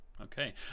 okay